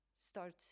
start